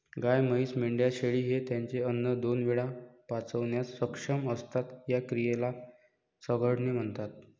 गाय, म्हैस, मेंढ्या, शेळी हे त्यांचे अन्न दोन वेळा पचवण्यास सक्षम असतात, या क्रियेला चघळणे म्हणतात